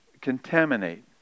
contaminate